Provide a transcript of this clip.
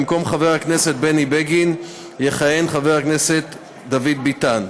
במקום חבר הכנסת בני בגין יכהן חבר הכנסת דוד ביטן,